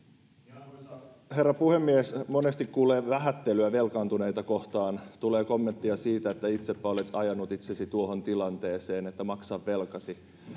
arvoisa herra puhemies monesti kuulee vähättelyä velkaantuneita kohtaan tulee kommenttia siitä että itsepä olet ajanut itsesi tuohon tilanteeseen että maksa velkasi